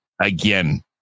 Again